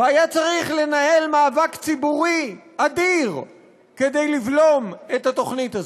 והיה צריך לנהל מאבק ציבורי אדיר כדי לבלום את התוכנית הזאת.